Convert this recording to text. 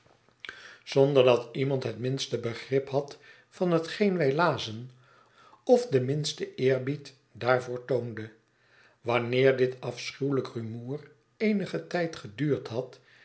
zonder dat iemand het minste begrip had van hetgeen wij lazen of den minsten eerbied daarvoor toonde wanneer dit afschuwelijk rumoer eenigen tijd geduurd had